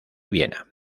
viena